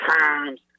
times